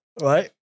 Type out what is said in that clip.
right